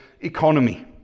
economy